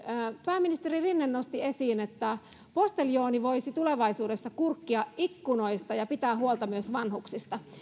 pääministeri rinne nosti esiin että posteljooni voisi tulevaisuudessa kurkkia ikkunoista ja pitää huolta myös vanhuksista